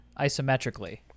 isometrically